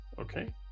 Okay